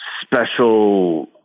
special